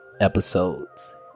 Episodes